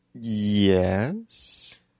Yes